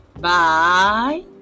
Bye